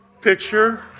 picture